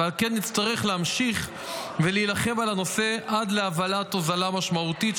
ועל כן נצטרך להמשיך ולהילחם על הנושא עד להבאת הוזלה משמעותית,